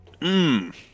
Mmm